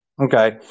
Okay